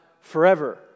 forever